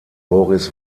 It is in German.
boris